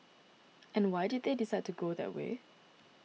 and why did they decide to go that way